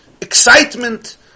excitement